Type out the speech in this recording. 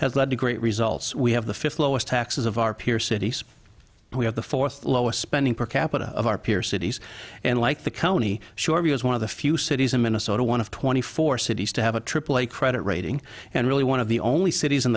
has led to great results we have the fifth lowest taxes of our peer cities we have the fourth lowest spending per capita of our peer cities and like the county sure because one of the few cities in minnesota one of twenty four cities to have a aaa credit rating and really one of the only cities in